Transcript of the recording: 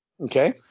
Okay